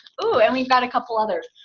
oh, and we've got a couple others.